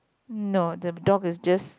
no the dog is just